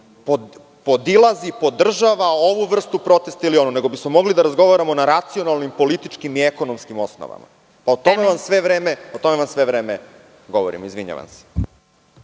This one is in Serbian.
podilazi, podržava ovu vrstu protesta, nego bi smo mogli da razgovaramo na racionalnim, političkim i ekonomskim osnovama, o tome vam sve vreme govorim. **Vesna Kovač**